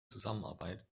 zusammenarbeit